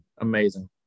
amazing